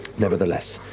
nevertheless,